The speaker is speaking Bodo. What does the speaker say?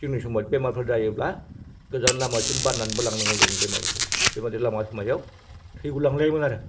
जोंनि समाव बेमारफोर जायोब्ला गोजान लामासिम बाननानैबो लांनांगौ जायोमोन बेमारिखौ बेबायदि लामा समायाव थैगुलांलायोमोन आरो